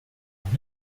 noch